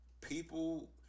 people